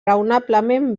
raonablement